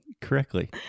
correctly